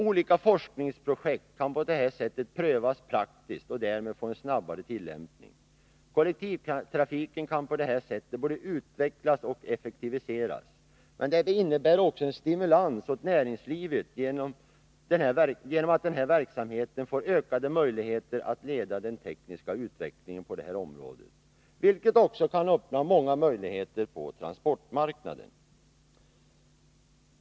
Olika forskningsprojekt kan på det här sättet prövas praktiskt och därmed få en snabbare tillämpning. Kollektivtrafiken kan på detta vis både utvecklas och effektiviseras, men det innebär också en stimulans åt näringslivet som genom den här verksamheten får ökade möjligheter att leda den tekniska utvecklingen på området, vilket kan öppna många möjligheter på transportmarknaden.